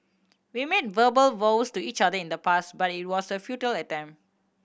we made verbal vows to each other in the past but it was a futile attempt